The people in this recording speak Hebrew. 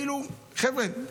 כאילו: חבר'ה,